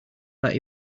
that